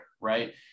right